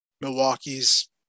Milwaukee's